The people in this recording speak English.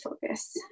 focus